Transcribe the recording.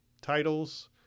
titles